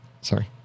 Sorry